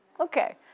Okay